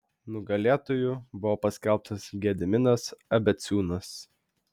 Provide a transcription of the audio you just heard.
nugalėtoju buvo paskelbtas gediminas abeciūnas